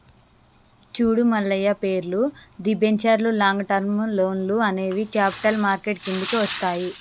చూడు మల్లయ్య పేర్లు, దిబెంచర్లు లాంగ్ టర్మ్ లోన్లు అనేవి క్యాపిటల్ మార్కెట్ కిందికి వస్తాయి